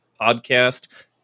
podcast